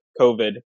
COVID